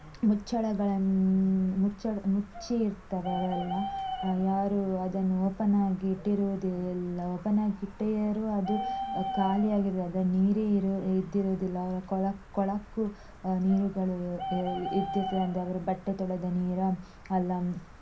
ಮುಚ್ಚಳಗಳನ್ನು ಮುಚ್ಚಳ ಮುಚ್ಚಿ ಇರ್ತವೆ ಅವೆಲ್ಲ ಯಾರು ಅದನ್ನು ಓಪನ್ನಾಗಿ ಇಟ್ಟಿರುವುದಿಲ್ಲ ಓಪನ್ನಾಗಿ ಇಟ್ಟಿರು ಅದು ಖಾಲಿಯಾಗಿದೆ ಅದು ನೀರೇ ಇರು ಇರುದಿಲ್ಲ ಅವರ ಕೊಳ ಕೊಳಕು ನೀರುಗಳು ಇರ್ತದೆ ಅಂದರೆ ಅವರು ಬಟ್ಟೆ ತೊಳೆದ ನೀರು ಇಲ್ಲ